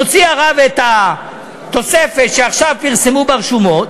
מוציא הרב את מה שהחליטה הממשלה הנוכחית,